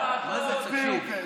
מה זה להעביר את זה עכשיו?